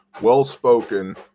well-spoken